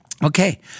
Okay